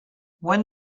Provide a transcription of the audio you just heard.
when